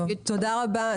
תודה רבה.